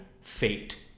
fate